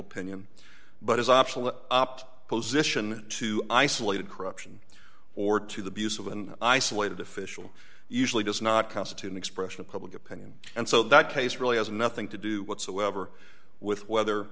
opinion but is optional position to isolated corruption or to the views of an isolated official usually does not constitute an expression of public opinion and so that case really has nothing to do whatsoever with whether